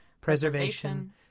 preservation